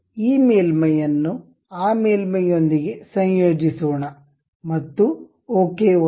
ಈ ಮೇಲ್ಮೈಯನ್ನು ಆ ಮೇಲ್ಮೈಯೊಂದಿಗೆ ಸಂಯೋಜಿಸೋಣ ಮತ್ತು ಓಕೆ ಒತ್ತಿ